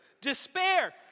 despair